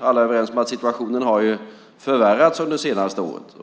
alla överens om att situationen har förvärrats under det senaste året.